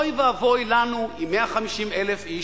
אוי ואבוי לנו אם 150,000 איש,